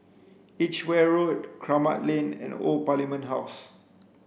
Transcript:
Edgeware Road Kramat Lane and Old Parliament House